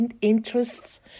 interests